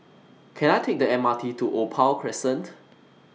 Can I Take The M R T to Opal Crescent